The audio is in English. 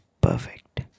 perfect